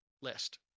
list